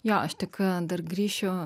jo aš tik a dar grįšiu